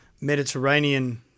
Mediterranean